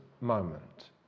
moment